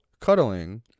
cuddling